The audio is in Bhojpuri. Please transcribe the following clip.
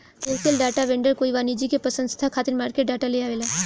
फाइनेंसियल डाटा वेंडर कोई वाणिज्यिक पसंस्था खातिर मार्केट डाटा लेआवेला